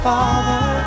Father